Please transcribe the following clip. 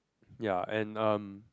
ya and um